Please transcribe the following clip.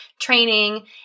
training